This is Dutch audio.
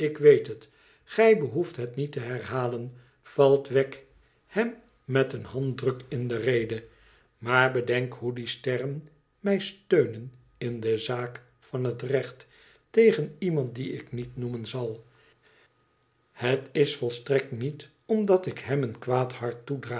ik weet het gij behoeft het niet te herhalen valt wegg hem met een handdruk in de rede vmaar bedenk hoe die sterren mij stemien in de zaak van het recht tegen iemand dien ik niet noemen zal het is volstrekt niet omdat ik hem een kwaad hart toedraag